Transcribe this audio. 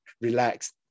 relax